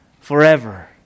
Forever